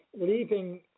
leaving